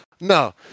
No